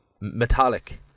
metallic